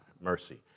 Mercy